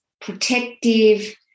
protective